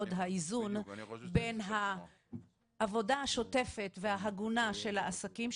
האיזון בין העבודה השוטפת וההגונה של העסקים,